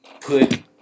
put